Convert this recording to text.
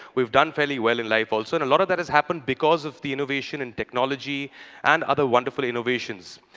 we've done fairly well in life, also. and a lot of that has happened because of the innovation in technology and other wonderful innovations.